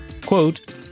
quote